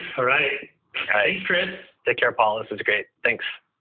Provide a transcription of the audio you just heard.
all right. thanks, chris. take care, paul. this is great. thanks.